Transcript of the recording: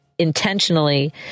intentionally